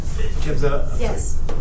yes